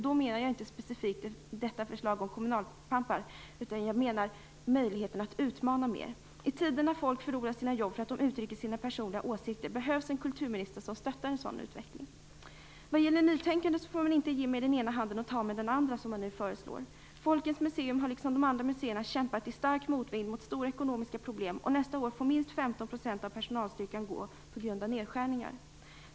Då menar jag inte specifikt förslaget om kommunalpampar, utan jag menar möjligheten att utmana mer. I tider när folk förlorar sina jobb för att de uttrycker sina personliga åsikter behövs en kulturminister som stöttar en sådan utveckling. Vad gäller nytänkande får hon inte ge med den ena handen och ta med den andra, som hon föreslår. Folkens museum har liksom de andra museerna kämpat i stark motvind med stora ekonomiska problem, och nästa år får minst 15 % av personalstyrkan gå på grund av nedskärningar.